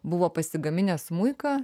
buvo pasigaminęs smuiką